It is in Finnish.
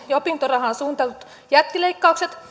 ja opintorahaan suunnitellut jättileikkaukset